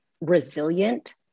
resilient